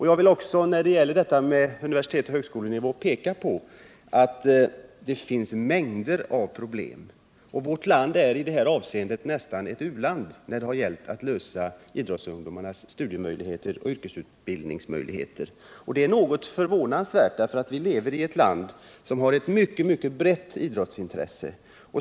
Jag vill också när det gäller detta med universitetsoch högskolenivå peka på att det finns en mängd problem och att vårt land nästan är ett u-land när det gäller att lösa frågan om idrottsungdomars studieoch yrkesutbildningsmöjligheter. Och det är något förvånansvärt därför att vi lever i ett land som har ett mycket brett idrottsintresse.